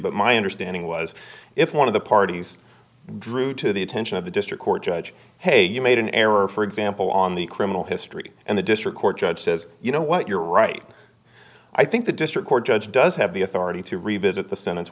but my understanding was if one of the parties drew to the attention of the district court judge hey you made an error for example on the criminal history and the district court judge says you know what you're right i think the district court judge does have the authority to revisit the sentence